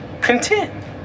Content